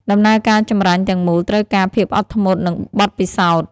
ដំណើរការចម្រាញ់ទាំងមូលត្រូវការភាពអត់ធ្មត់ និងបទពិសោធន៍។